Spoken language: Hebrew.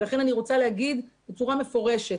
לכן אני רוצה להגיד בצורה מפורשת